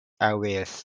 airways